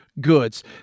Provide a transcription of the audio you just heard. goods